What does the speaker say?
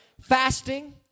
fasting